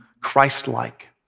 Christ-like